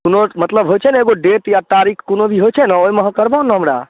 कोनो मतलब होइत छै ने एगो डेट या तारीक कोनो भी होइत छै ने ओहिमे अहाँ करबौ ने हमरा